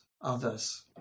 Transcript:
others